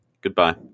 Goodbye